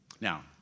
Now